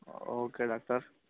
okay doctor